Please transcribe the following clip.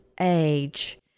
age